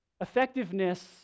Effectiveness